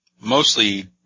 Mostly